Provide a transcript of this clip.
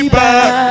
back